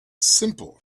simple